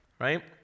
right